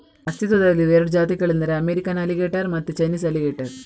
ಅಸ್ತಿತ್ವದಲ್ಲಿರುವ ಎರಡು ಜಾತಿಗಳೆಂದರೆ ಅಮೇರಿಕನ್ ಅಲಿಗೇಟರ್ ಮತ್ತೆ ಚೈನೀಸ್ ಅಲಿಗೇಟರ್